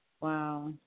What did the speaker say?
Wow